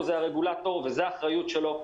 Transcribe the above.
מסך העשן זה הרגולטור וזאת האחריות שלו.